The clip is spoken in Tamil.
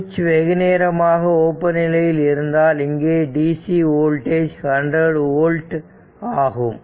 சுவிட்ச் வெகுநேரமாக ஓபன் நிலையில் இருப்பதால் இங்கே DC வோல்டேஜ் 100 ஓல்ட் ஆகும்